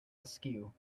askew